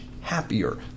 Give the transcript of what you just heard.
happier